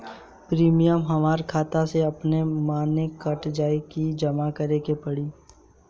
Premium हमरा खाता से अपने माने कट जाई की जमा करे के पड़ी?